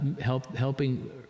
helping